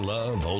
Love